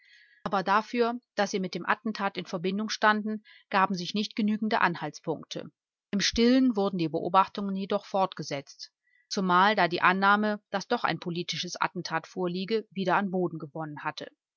aber dafür daß sie mit dem attentat in verbindung standen gaben sich nicht genügende anhaltspunkte im stillen wurden die beobachtungen jedoch fortgesetzt zumal da die annahme daß doch ein politisches attentat vorliege wieder an boden gewonnen hatte